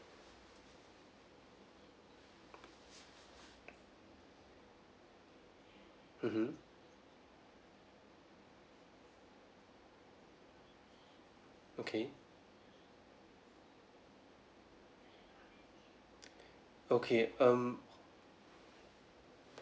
mmhmm okay okay um